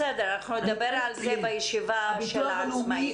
נדבר על זה בישיבה של העצמאים.